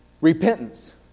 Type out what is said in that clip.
Repentance